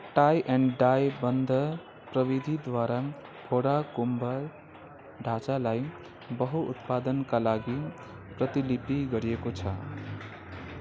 tie and die बन्ध प्रविधिद्वारा फोडा कुम्भ ढाँचालाई बहु उत्पादनका लागि प्रतिलिपि गरिएको छ